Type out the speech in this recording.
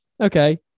Okay